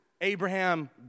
Abraham